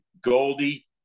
Goldie